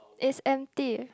is empty